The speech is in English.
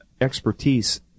expertise